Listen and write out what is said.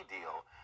deal